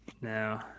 No